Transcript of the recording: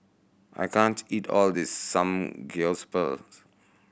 I can't eat all of this Samgeyopsal